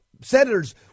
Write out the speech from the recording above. senators